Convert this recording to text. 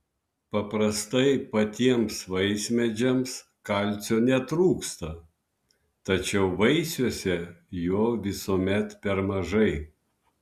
paprastai patiems vaismedžiams kalcio netrūksta tačiau vaisiuose jo visuomet per mažai